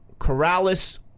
Corrales